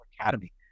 Academy